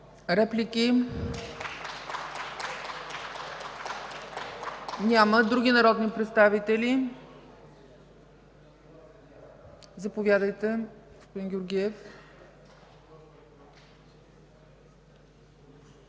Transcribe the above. Реплики? Няма. Други народни представители? Заповядайте,